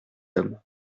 homme